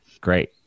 great